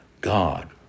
God